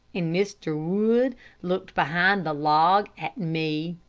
and mr. wood looked behind the log at me.